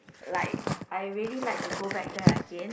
like I really like to go back there again